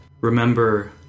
remember